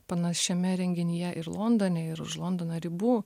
panašiame renginyje ir londone ir už londono ribų